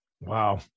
Wow